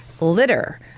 litter